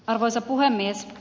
arvoisa puhemies